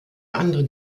andere